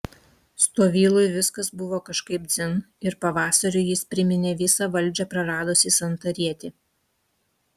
stovylui viskas buvo kažkaip dzin ir pavasariui jis priminė visą valdžią praradusį santarietį